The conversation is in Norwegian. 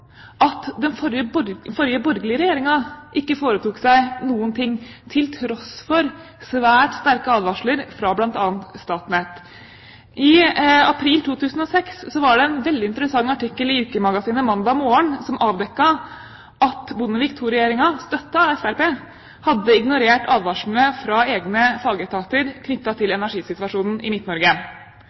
at den forrige borgerlige regjeringen ikke foretok seg noen ting til tross for svært sterke advarsler fra bl.a. Statnett. I april 2006 var det en veldig interessant artikkel i ukemagasinet Mandag Morgen som avdekket at Bondevik II-regjeringen, støttet av Fremskrittspartiet, hadde ignorert advarslene fra egne fagetater knyttet til energisituasjonen i